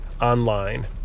online